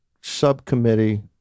subcommittee